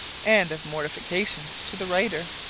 and of mortification to the writer.